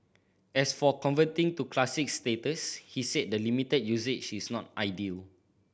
as for converting to classic status he said the limited usage is not ideal